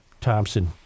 Thompson